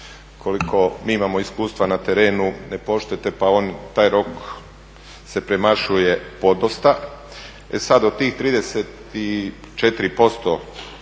koliko mi imamo iskustva na terenu ne poštujete, pa on taj rok se premašuje podosta. E sad od tih 34%